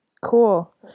Cool